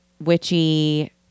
witchy